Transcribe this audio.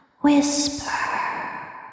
Whisper